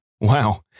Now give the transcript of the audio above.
Wow